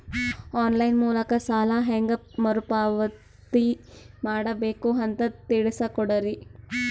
On line ಮೂಲಕ ಸಾಲ ಹೇಂಗ ಮರುಪಾವತಿ ಮಾಡಬೇಕು ಅಂತ ತಿಳಿಸ ಕೊಡರಿ?